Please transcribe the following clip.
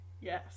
Yes